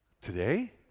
Today